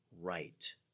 right